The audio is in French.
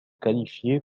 qualifiés